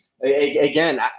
again